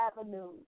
Avenue